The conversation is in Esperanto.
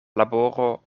laboro